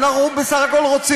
אנחנו חיים פה,